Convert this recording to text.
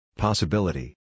Possibility